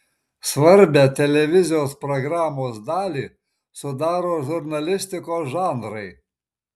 svarbią televizijos programos dalį sudaro žurnalistikos žanrai